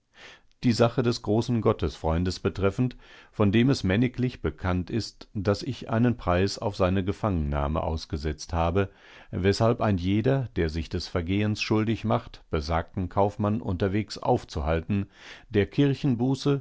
die sache des großen gottesfreundes betreffend von dem es männiglich bekannt ist daß ich einen preis auf seine gefangennahme ausgesetzt habe weshalb ein jeder der sich des vergehens schuldig macht besagten kaufmann unterwegs aufzuhalten der kirchenbuße